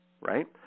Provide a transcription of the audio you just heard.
right